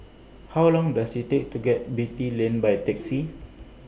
How Long Does IT Take to get Beatty Lane By Taxi